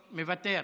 מוותר,